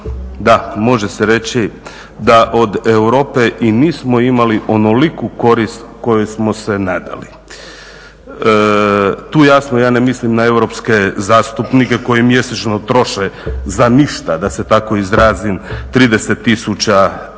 da može se reći da od Europe i nismo imali onoliku korist kojoj smo se nadali. Tu jasno ja ne mislim na europske zastupnike koji mjesečno troše za ništa da se tako izrazim 30 000 eura,